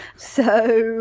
so,